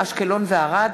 אשקלון וערד.